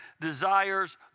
desires